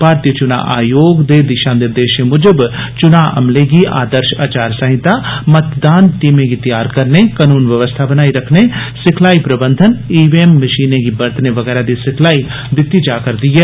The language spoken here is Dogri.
भारतीय चुना आयोग दे दिषा निर्देष मूजब चुनां अमले गी आदर्ष अचार संहिता मतदान टीमें गी तैआर करने कनून बवस्था बनाई रखने सिखलाई प्रबंधन ईवीएम मषीनें गी बरतने बगैरा दी सिखलाई दित्ती जा करदी ऐ